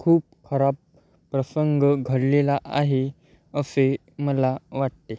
खूप खराब प्रसंग घडलेला आहे असे मला वाटते